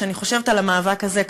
כשאני חושבת על המאבק הזה,